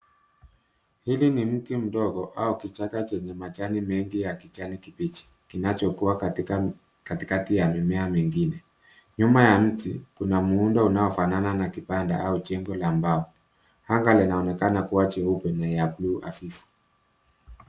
Hili ni mti mdogo au kichaka chenye majani refu ya kijani kibichi kinacho kuwa katikati ya mimea mingine. Nyuma ya mti kuna muund unaofanana na kibanda au jengo la mbao. Anga linaonekana kuwa nyeupe na ya buluu hafifu.